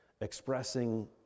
expressing